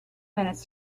minutes